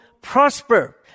prosper